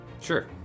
Sure